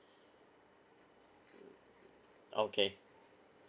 okay